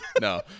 No